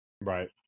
Right